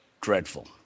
dreadful